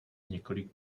několik